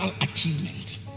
achievement